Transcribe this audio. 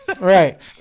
Right